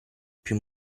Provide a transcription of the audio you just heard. più